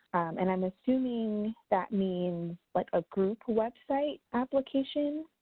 and i'm assuming that means, like a group website application.